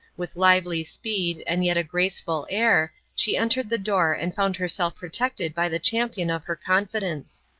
with lively speed, and yet a graceful air, she entered the door and found herself protected by the champion of her confidence.